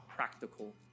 practical